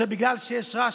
אני חושב שבגלל שיש רעש,